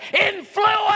influence